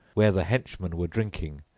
where the henchmen were drinking,